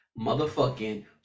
motherfucking